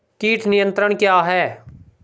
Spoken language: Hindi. कीट नियंत्रण क्या है?